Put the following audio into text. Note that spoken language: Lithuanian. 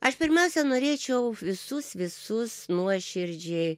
aš pirmiausia norėčiau visus visus nuoširdžiai